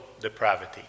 depravity